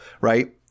Right